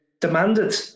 demanded